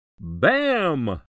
BAM